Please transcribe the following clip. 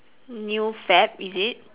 new fad is it